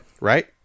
Right